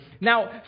Now